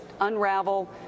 unravel